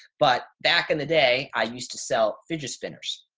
but back in the day i used to sell fidget spinners.